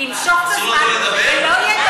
ימשוך את הזמן ולא,